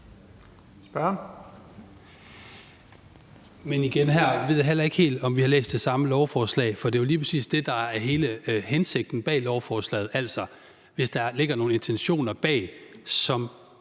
jeg igen sige, at jeg ikke helt ved, om vi har læst det samme lovforslag, for det er jo lige præcis det, der er hele hensigten med lovforslaget; altså, hvis der ligger nogle intentioner bag som